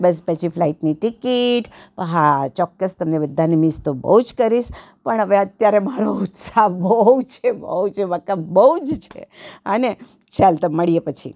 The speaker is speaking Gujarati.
બસ પછી ફ્લાઇટની ટિકિટ હા ચોક્કસ તમને બધાને મિસ તો બહુ જ કરીશ પણ હવે અત્યારે મારો ઉત્સાહ બહુ જ છે બહુ છે બકા બહુ જ છે હા ને તો ચાલ તો મળીએ પછી